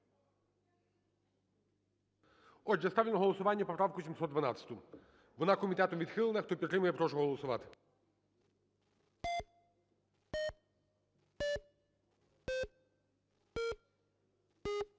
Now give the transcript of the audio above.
Отже, ставлю на голосування поправку 712. Вона комітетом відхилена. Хто підтримує, прошу голосувати.